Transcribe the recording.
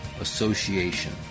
Association